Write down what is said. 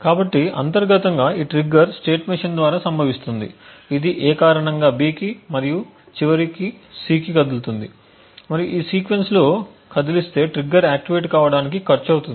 కాబట్టి అంతర్గతంగా ఈ ట్రిగ్గర్ స్టేట్ మెషీన్ ద్వారా సంభవిస్తుంది ఇది A కారణంగా B కి మరియు చివరికి C కి కదులుతుంది మరియు ఈ సీక్వెన్స్లో కదిలిస్తే ట్రిగ్గర్ ఆక్టివేట్ కావడానికి ఖర్చు అవుతుంది